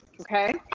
Okay